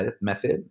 method